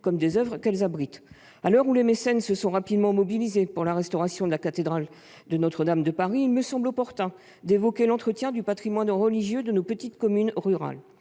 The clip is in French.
communes qui en sont propriétaires. À l'heure où les mécènes se sont rapidement mobilisés pour la restauration de la cathédrale Notre-Dame de Paris, il me semble opportun d'évoquer l'entretien du patrimoine religieux de nos petites communes rurales.